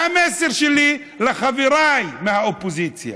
והמסר שלי לחבריי מהאופוזיציה,